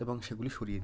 এবং সেগুলি সরিয়ে দিন